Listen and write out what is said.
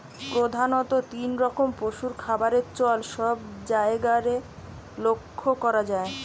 প্রধাণত তিন রকম পশুর খাবারের চল সব জায়গারে লক্ষ করা যায়